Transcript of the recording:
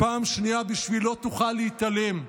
פעם שנייה בשביל "לא תוכל להתעלם",